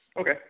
Okay